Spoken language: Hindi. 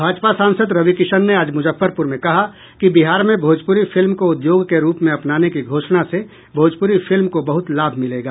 भाजपा सांसद रवि किशन ने आज मुजफ्फरपुर में कहा कि बिहार में भोजपुरी फिल्म को उद्योग के रूप में अपनाने की घोषणा से भोजपुरी फिल्म को बहुत लाभ मिलेगा